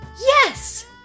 Yes